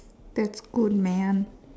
that's good man